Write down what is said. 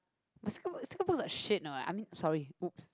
sticker book sticker books like shit now right I mean sorry !oops!